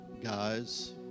guys